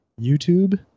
YouTube